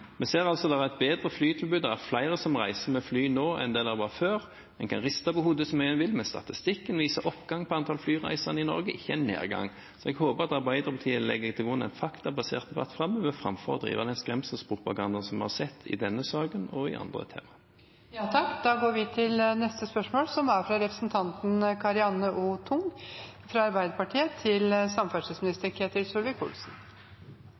Vi ser at det er et bedre flytilbud. Det er flere som reiser med fly nå, enn det var før. En kan riste på hodet så mye en vil, men statistikken viser oppgang i antall flyreiser i Norge, ikke nedgang. Jeg håper Arbeiderpartiet legger til grunn en faktabasert debatt framover framfor å drive med den skremselspropagandaen vi har sett i denne saken og i andre temaer. «Fremskrittspartiet skriver i sitt nye program at en målsetting i deres økonomiske politikk er